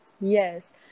yes